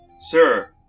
Sir